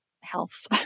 health